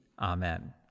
Amen